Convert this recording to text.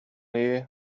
here